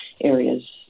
areas